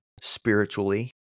spiritually